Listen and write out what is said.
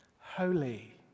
holy